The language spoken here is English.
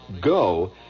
go